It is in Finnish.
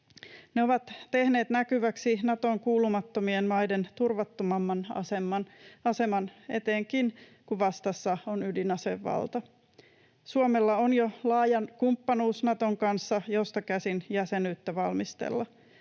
Ne ovat tehneet näkyväksi Natoon kuulumattomien maiden turvattomamman aseman etenkin, kun vastassa on ydinasevalta. Suomella on jo laaja kumppanuus Naton kanssa, josta käsin jäsenyyttä valmistella.